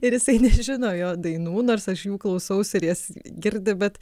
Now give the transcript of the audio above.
ir jisai nežino jo dainų nors aš jų klausausi ir jas girdi bet